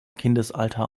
kindesalter